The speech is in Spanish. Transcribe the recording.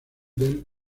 del